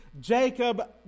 Jacob